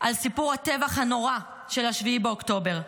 על סיפור הטבח הנורא של 7 באוקטובר,